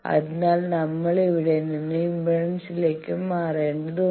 അതിനാൽ നമ്മൾ ഇവിടെ നിന്ന് ഇംപെഡൻസിലേക്ക് മാറേണ്ടതുണ്ട്